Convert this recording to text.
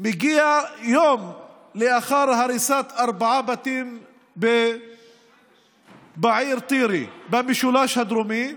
מגיע יום לאחר הריסת ארבעה בתים בעיר טירה במשולש הדרומי,